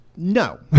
No